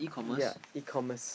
yea E-commerce